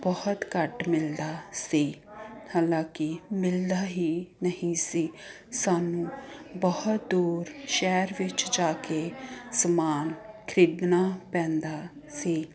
ਬਹੁਤ ਘੱਟ ਮਿਲਦਾ ਸੀ ਹਾਲਾਂਕਿ ਮਿਲਦਾ ਹੀ ਨਹੀਂ ਸੀ ਸਾਨੂੰ ਬਹੁਤ ਦੂਰ ਸ਼ਹਿਰ ਵਿੱਚ ਜਾ ਕੇ ਸਮਾਨ ਖਰੀਦਣਾ ਪੈਂਦਾ ਸੀ